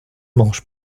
manche